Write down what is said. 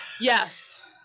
Yes